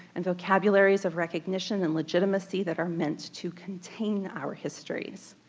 and vocabularies of recognition and legitimacy that are meant to contain our histories.